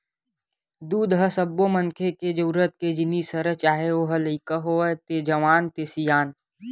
दूद ह सब्बो मनखे के जरूरत के जिनिस हरय चाहे ओ ह लइका होवय ते जवान ते सियान